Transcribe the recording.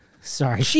Sorry